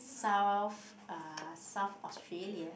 south uh South Australia